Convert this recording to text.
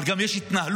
אבל גם יש התנהלות,